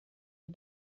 les